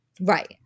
right